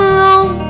Alone